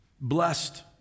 Blessed